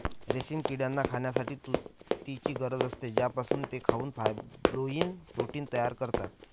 रेशीम किड्यांना खाण्यासाठी तुतीची गरज असते, ज्यापासून ते खाऊन फायब्रोइन प्रोटीन तयार करतात